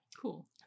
cool